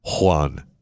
Juan